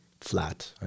flat